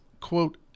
quote